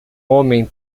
homem